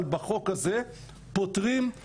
זה פסול בעינך?